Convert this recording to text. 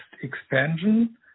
expansion